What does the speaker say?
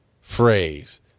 phrase